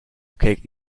cake